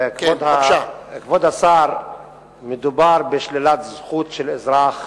כבוד השר, מדובר בשלילת זכות של אזרח